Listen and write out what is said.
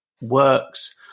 works